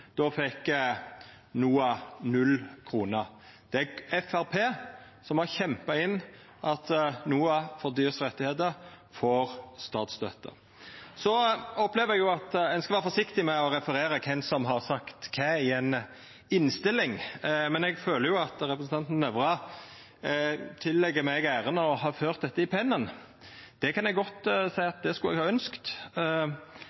Då fekk NOAH null kroner. Det er Framstegspartiet som har kjempa inn at NOAH – for dyrs rettigheter får statsstøtte. Ein skal vera forsiktig med å referera kven som har sagt kva i ei innstilling, men eg føler jo at representanten Nævra tillegg meg æra av å ha ført dette i pennen. Det kan eg godt